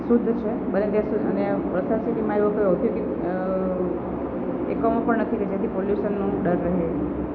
શુદ્ધ છે બને ત્યાં સુધી અને સિટીમાં એકમો પણ નથી કે જેથી પોલ્યુશનનો ડર રહે